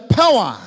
power